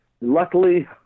luckily